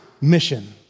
mission